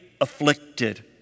afflicted